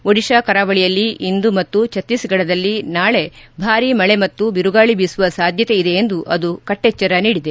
ಒಡಿಶಾ ಕರಾವಳಿಯಲ್ಲಿ ಇಂದು ಮತ್ತು ಛತ್ತೀಸ್ಗಢದಲ್ಲಿ ನಾಳೆ ಭಾರಿ ಮಳೆ ಮತ್ತು ಬಿರುಗಾಳಿ ಬೀಸುವ ಸಾಧ್ಯತೆ ಇದೆ ಎಂದು ಅದು ಕೆಟ್ಟೆಚ್ಚರ ನೀಡಿದೆ